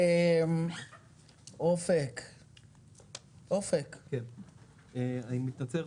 אני מתנצל.